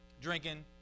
Drinking